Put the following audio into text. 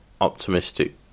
optimistic